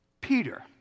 Peter